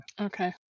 Okay